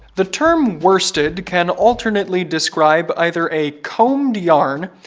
the term worsted can alternately describe either a combed yarn,